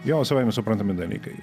jau savaime suprantami dalykai